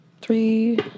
Three